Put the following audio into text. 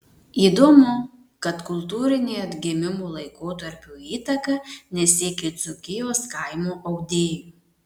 įdomu kad kultūrinė atgimimo laikotarpio įtaka nesiekė dzūkijos kaimo audėjų